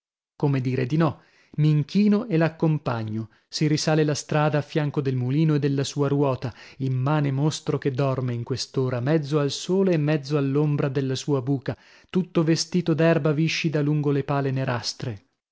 come dire di no m'inchino e l'accompagno si risale la strada a fianco del mulino e della sua ruota immane mostro che dorme in quest'ora mezzo al sole e mezzo all'ombra della sua buca tutto vestito d'erba viscida lungo le pale nerastre